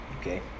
okay